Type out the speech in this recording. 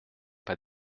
pas